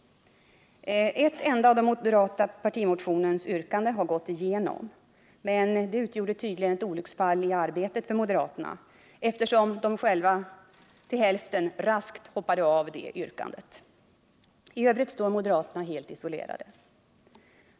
Ett enda av den Tisdagen den | moderata partimotionens yrkanden har gått igenom. Men det utgjorde 5 juni 1979 tydligen ett olycksfall i arbetet för moderaterna, eftersom de själva till hälften raskt hoppade av detta yrkande. I övrigt står moderaterna helt isolerade.